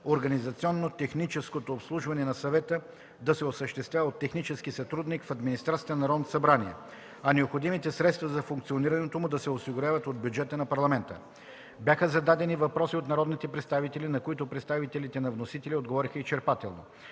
организационно-техническото обслужване на Съвета да се осъществява от технически сътрудник в администрацията на Народното събрание, а необходимите средства за функционирането му да се осигурят от бюджета на Парламента. Бяха зададени въпроси от народните представители, на които представителите на вносителя отговориха изчерпателно.